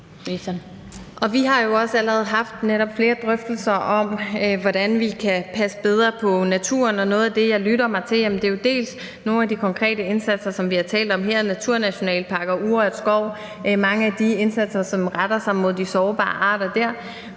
jo også allerede netop haft flere drøftelser om, hvordan vi kan passe bedre på naturen. Noget af det, jeg lytter mig til, er jo dels nogle af de konkrete indsatser, som vi har talt om her: naturnationalparker, urørt skov, mange af de indsatser, der retter sig mod de sårbare arter dér.